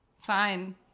fine